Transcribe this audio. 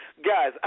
guys